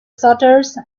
shutters